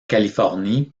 californie